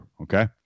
okay